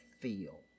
feel